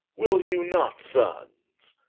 will you not sonnes?